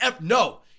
No